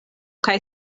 kaj